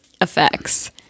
effects